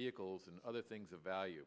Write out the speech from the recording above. vehicles and other things of value